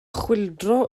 chwyldro